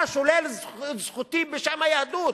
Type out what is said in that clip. אתה שולל את זכותי בשם היהדות.